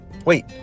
Wait